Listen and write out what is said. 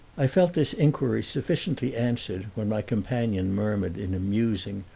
i felt this inquiry sufficiently answered when my companion murmured in a musing,